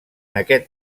aquest